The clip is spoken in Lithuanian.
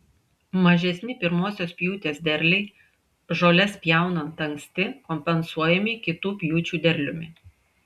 mažesni pirmosios pjūties derliai žoles pjaunant anksti kompensuojami kitų pjūčių derliumi